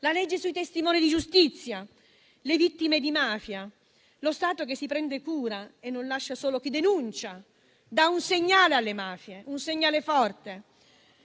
la legge sui testimoni di giustizia e le vittime di mafia. Lo Stato che si prende cura e non lascia solo chi denuncia dà un segnale alle mafie, un segnale forte.